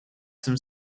some